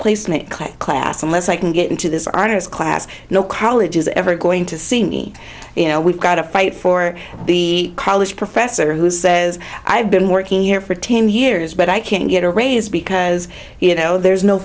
placement club class unless i can get into this honors class no college is ever going to see me you know we've got to fight for the college professor who says i've been working here for ten years but i can't get a raise because you know there's no